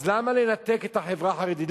אז למה לנתק את החברה החרדית?